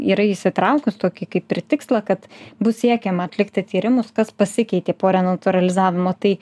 yra įsitraukus tokį kaip ir tikslą kad bus siekiama atlikti tyrimus kas pasikeitė po renatūralizavimo tai